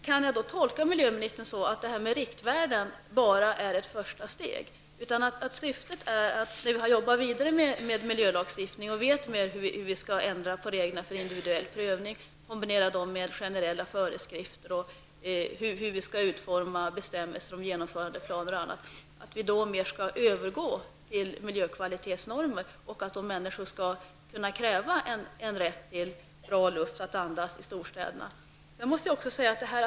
Kan jag då tolka miljöministern på det sättet att riktvärden bara är ett första steg och att syftet är att man nu -- när man skall jobba vidare med lagstiftningen och vet hur man skall ändra på reglerna för inviduell prövning och kombinera dem med generella föreskrifter för hur bestämmelserna om genomförandeplaner och annat skall utformas -- mer skall övergå till miljökvalitetsnormer och att människor då skall kunna kräva rättigheten att andas bra luft i storstäderna?